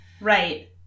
Right